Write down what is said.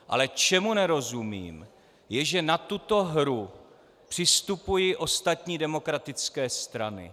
Ale čemu nerozumím, je, že na tuto hru přistupují ostatní demokratické strany.